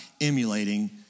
emulating